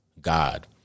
God